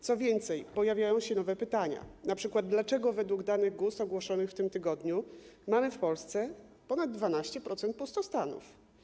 Co więcej, pojawiają się nowe pytania np.: Dlaczego według danych GUS ogłoszonych w tym tygodniu mamy w Polsce ponad 12% pustostanów?